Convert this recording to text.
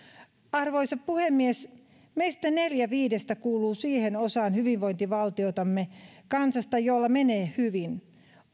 arvoisa puhemies meistä neljä viidestä kuuluu siihen osaan hyvinvointivaltiotamme kansaamme jolla menee hyvin